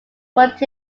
but